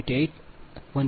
8 121 K V છે